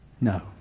No